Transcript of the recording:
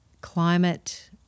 climate